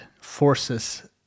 forces